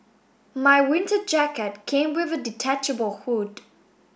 my winter jacket came with a detachable hood